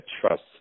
trust